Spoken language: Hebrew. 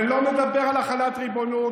זה לא מדבר על החלת ריבונות,